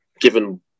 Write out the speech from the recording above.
given